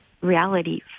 reality